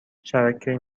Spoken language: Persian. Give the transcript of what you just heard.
شبکه